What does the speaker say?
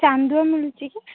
ଚାନ୍ଦୁଆ ମିଳୁଛି କି